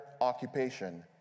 occupation